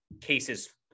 cases